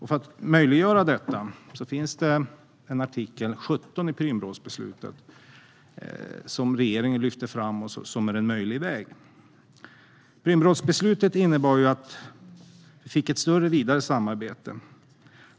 För att möjliggöra detta finns artikel 17 i Prümrådsbeslutet, som regeringen lyfter fram som en möjlig väg. Prümrådsbeslutet innebar ju att vi fick ett större, vidare samarbete.